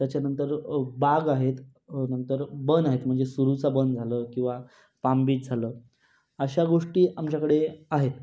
त्याच्यानंतर बाग आहेत नंतर बन आहेत म्हणजे सुरूचा बन झालं किंवा पाम बीच झालं अशा गोष्टी आमच्याकडे आहेत